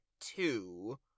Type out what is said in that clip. two